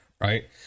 right